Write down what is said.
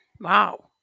Wow